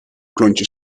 klontje